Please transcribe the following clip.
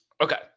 Okay